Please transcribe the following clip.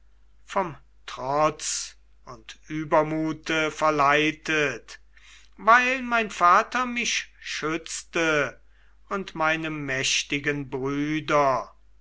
vom trotz und übermute verleitet weil mein vater mich schützte und meine mächtigen brüder